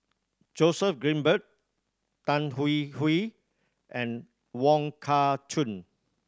Joseph Grimberg Tan Hwee Hwee and Wong Kah Chun